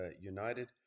United